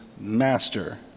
master